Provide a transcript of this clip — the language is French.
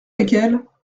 lesquels